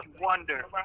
wonder